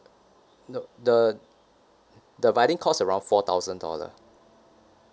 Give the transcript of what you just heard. nope the the violin cost around four thousand dollar